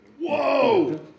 Whoa